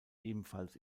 ebenfalls